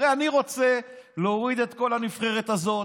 הרי אני רוצה להוריד את כל הנבחרת הזאת.